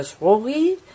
Rory